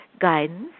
guidance